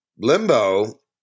Limbo